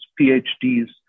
PhDs